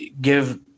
give